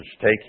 take